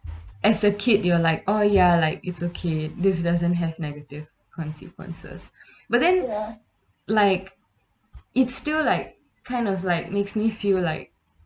as a kid you are like oh ya like it's okay this doesn't have negative consequences but then like it's still like kind of like makes me feel like